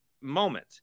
moment